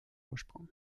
ursprung